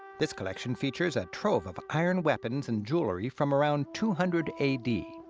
this collection features a trove of iron weapons and jewelry from around two hundred a d.